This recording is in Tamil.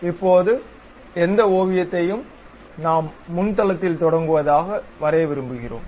இப்போது எந்த ஓவியத்தையும் நாம் முன் தளத்தில் தொடங்குவதாக வரைய விரும்புகிறோம்